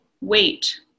wait